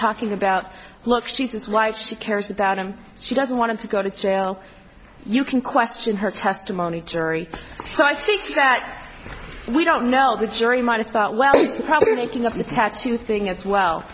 talking about look she says why she cares about him she doesn't want to go to jail you can question her testimony jury so i think that we don't know the jury might have thought well probably making up the tattoo thing as well